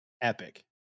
epic